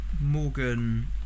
Morgan